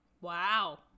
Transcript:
Wow